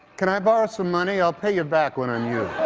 can i borrow some money? i'll pay you back when i'm you.